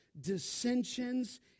dissensions